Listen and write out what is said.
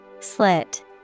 Slit